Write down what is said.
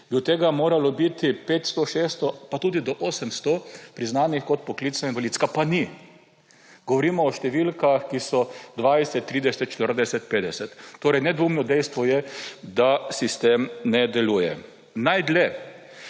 od tega moralo biti 500, 600 pa tudi do 800 priznanih kot poklicna invalidska, pa ni. Govorimo o številkah, ki so 20, 30, 40, 50. Torej, nedvomno dejstvo je, da sistem ne deluje. Najdlje